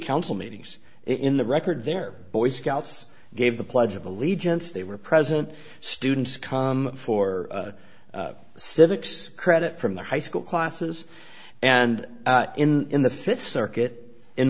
council meetings in the record their boy scouts gave the pledge of allegiance they were present students come for civics credit from the high school classes and in the fifth circuit in